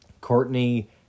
Courtney